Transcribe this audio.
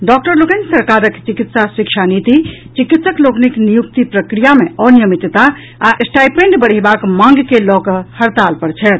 doctor लोकनि सरकारक चिकित्सा शिक्षा नीति चिकित्सक लोकनिक नियुक्ति प्रक्रिया मे अनियमितता आ स्टाईपेंड बढ़ेबाक मांग के लऽकऽ हड़ताल पर छथि